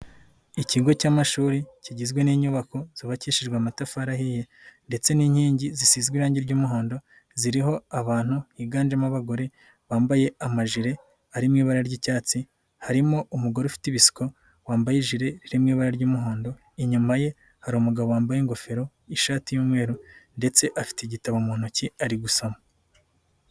Ikigo cy'amashuri kigizwe n'inyubako zubabakishijwe amatafari ahiye ndetse n'inkingi zisize irangi ry'umuhondo ziriho abantu higanjemo abagore bambaye amajire ari mu ibara ry'icyatsi, harimo umugore ufite ibisuko wambaye ijire iri mu ibara ry'umuhondo, inyuma ye hari umugabo wambaye ingofero n'ishati y'umweru ndetse afite igitabo mu ntoki ari gusoma.